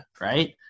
right